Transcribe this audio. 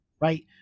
right